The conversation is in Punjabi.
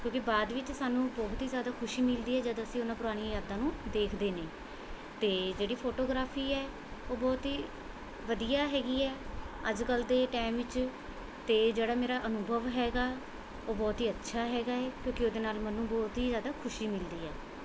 ਕਿਉਂਕਿ ਬਾਅਦ ਵਿੱਚ ਸਾਨੂੰ ਬਹੁਤ ਹੀ ਜ਼ਿਆਦਾ ਖੁਸ਼ੀ ਮਿਲਦੀ ਹੈ ਜਦ ਅਸੀਂ ਉਹਨਾਂ ਪੁਰਾਣੀਆਂ ਯਾਦਾਂ ਨੂੰ ਦੇਖਦੇ ਨੇ ਅਤੇ ਜਿਹੜੀ ਫੋਟੋਗ੍ਰਾਫੀ ਹੈ ਉਹ ਬਹੁਤ ਹੀ ਵਧੀਆ ਹੈਗੀ ਹੈ ਅੱਜ ਕੱਲ੍ਹ ਦੇ ਟਾਈਮ ਵਿੱਚ ਅਤੇ ਜਿਹੜਾ ਮੇਰਾ ਅਨੁਭਵ ਹੈਗਾ ਉਹ ਬਹੁਤ ਹੀ ਅੱਛਾ ਹੈਗਾ ਏ ਕਿਉਂਕਿ ਉਹਦੇ ਨਾਲ਼ ਮੈਨੂੰ ਬਹੁਤ ਹੀ ਜ਼ਿਆਦਾ ਖੁਸ਼ੀ ਮਿਲਦੀ ਹੈ